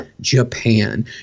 Japan